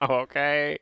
okay